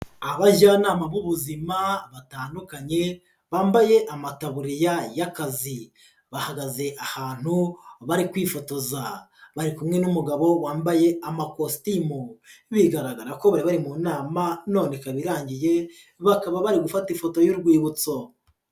Abajyanama b'ubuzima batandukanye bambaye amataburiya y'akazi, bahagaze ahantu bari kwifotoza, bari kumwe n'umugabo wambaye amakositimu, bigaragaza ko bari bari mu nama none ikaba irangiye, bakaba bari gufata ifoto y'urwibutso.